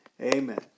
Amen